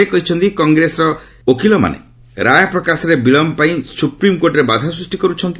ସେ କହିଛନ୍ତି କଂଗ୍ରେସର ଓକିଲମାନେ ରାୟ ପ୍ରକାଶରେ ବିଳମ୍ ପାଇଁ ସୁପ୍ରିମ୍କୋର୍ଟରେ ବାଧା ସୃଷ୍ଟି କରୁଛନ୍ତି